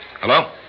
Hello